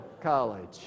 College